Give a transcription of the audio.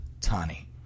Tani